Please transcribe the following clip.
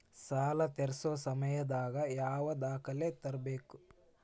ಸಾಲಾ ತೇರ್ಸೋ ಸಮಯದಾಗ ಯಾವ ದಾಖಲೆ ತರ್ಬೇಕು?